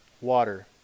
water